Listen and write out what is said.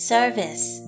Service